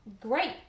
great